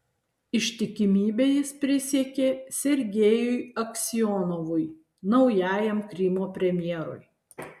ištikimybę jis prisiekė sergejui aksionovui naujajam krymo premjerui